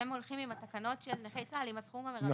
הולכים עם התקנות של נכי צה"ל, עם הסכום המירבי.